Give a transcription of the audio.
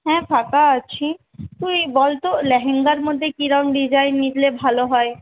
হ্যাঁ ফাঁকা আছি তুই বল তো ল্যাহেঙ্গার মধ্যে কিরম ডিজাইন নিলে ভালো হয়